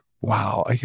wow